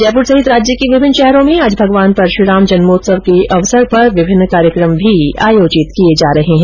जयपुर सहित राज्य के विभिन्न शहरों में आज भगवान परश्राम जन्मोत्सव के अवसर पर विभिन्न कार्यक्रमों को आयोजन भी किया जा रहा है